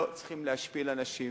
לא צריכים להשפיל אנשים